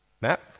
map